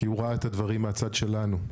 הוא ראה את הדברים מהצד שלנו,